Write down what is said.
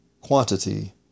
quantity